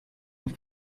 und